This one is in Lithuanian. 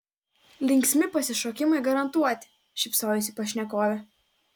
linksmi pasišokimai garantuoti šypsojosi pašnekovė